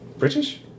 British